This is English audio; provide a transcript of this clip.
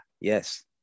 yes